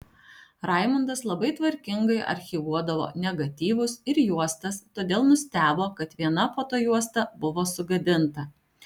raimundas labai tvarkingai archyvuodavo negatyvus ir juostas todėl nustebo kad viena fotojuosta buvo sugadinta